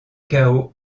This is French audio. chaos